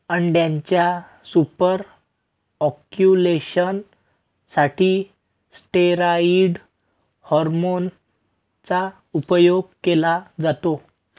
अंड्याच्या super ovulation साठी steroid hormone चा उपयोग केला जातो